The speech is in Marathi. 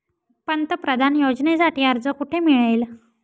पंतप्रधान योजनेसाठी अर्ज कुठे मिळेल?